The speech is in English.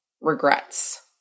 regrets